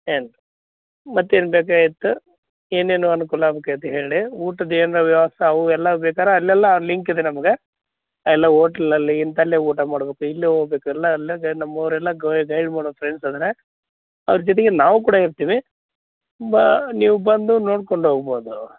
ಏನು ಮತ್ತೇನು ಬೇಕಾಗಿತ್ತು ಏನೇನು ಅನುಕೂಲ ಆಗ್ಬೇಕಾಗಿತ್ತು ಹೇಳಿ ಊಟದ್ದೇನು ವ್ಯವಸ್ಥೆ ಅವು ಎಲ್ಲ ಬೇಕಾರೆ ಅಲ್ಲೆಲ್ಲ ಲಿಂಕಿದೆ ನಮ್ಗೆ ಎಲ್ಲ ಓಟ್ಲಲ್ಲಿ ಇಂಥಲ್ಲೇ ಊಟ ಮಾಡಬೇಕು ಇಲ್ಲೇ ಹೋಗ್ಬೇಕು ಎಲ್ಲ ಅಲ್ಲೆದೆ ನಮ್ಮೋರೆಲ್ಲ ಗೈಡ್ ಮಾಡೋ ಫ್ರೆಂಡ್ಸ್ ಇದಾರೆ ಅವ್ರ ಜೊತೆಗೆ ನಾವೂ ಕೂಡ ಇರ್ತೀವಿ ಬ ನೀವು ಬಂದು ನೋಡ್ಕೊಂಡು ಹೋಗ್ಬೋದು